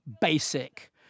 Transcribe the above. basic